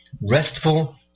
restful